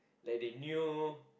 that they knew